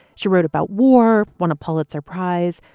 she wrote about war, won a pulitzer prize,